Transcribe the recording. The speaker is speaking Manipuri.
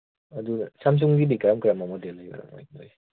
ꯑꯗꯨ ꯁꯦꯝꯁꯨꯡꯒꯤꯗꯤ ꯀꯔꯝ ꯀꯔꯝꯕ ꯃꯣꯗꯦꯜ ꯂꯩꯕ꯭ꯔꯥ